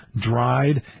dried